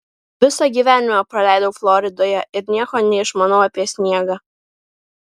visą gyvenimą praleidau floridoje ir nieko neišmanau apie sniegą